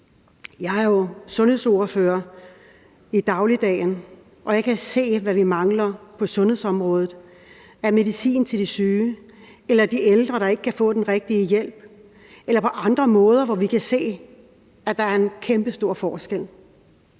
Jeg er jo sundhedsordfører i dagligdagen, og jeg kan se, hvad vi mangler på sundhedsområdet af medicin til de syge, eller at de ældre ikke kan få den rigtige hjælp, eller at vi på andre måder kan se, at der er en kæmpestor forskel.